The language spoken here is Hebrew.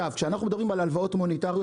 כשאנחנו מדברים על הלוואות מוניטריות